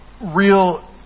real